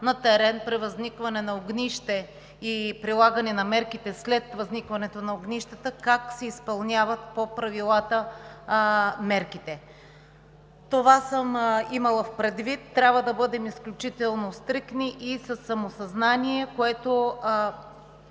на терен при възникване на огнище и прилагане на мерките след възникването на огнищата, как се изпълняват мерките по правила. Това съм имала предвид. Трябва да бъдем изключително стриктни и със самосъзнание, което